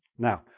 now,